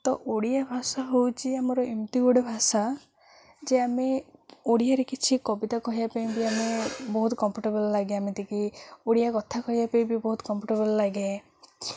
ତ ଓଡ଼ିଆ ଭାଷା ହେଉଛି ଆମର ଏମିତି ଗୋଟେ ଭାଷା ଯେ ଆମେ ଓଡ଼ିଆରେ କିଛି କବିତା କହିବା ପାଇଁ ବି ଆମେ ବହୁତ କମ୍ଫର୍ଟେବଲ୍ ଲାଗେ ଏମିତିକି ଓଡ଼ିଆ କଥା କହିବା ପାଇଁ ବି ବହୁତ କମ୍ଫର୍ଟେବଲ୍ ଲାଗେ